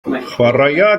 chwaraea